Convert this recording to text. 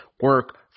Work